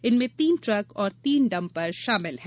इनमें तीन ट्रक और तीन डंपर शामिल हैं